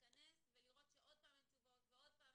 להתכנס ולראות שעוד פעם אין תשובות ועוד פעם